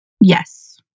yes